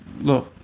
look